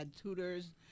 tutors